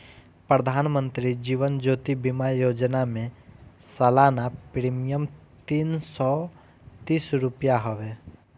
प्रधानमंत्री जीवन ज्योति बीमा योजना में सलाना प्रीमियम तीन सौ तीस रुपिया हवे